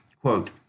quote